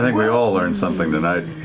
we all learned something tonight.